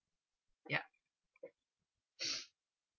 ya